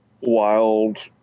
wild